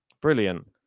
Brilliant